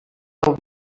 del